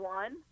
one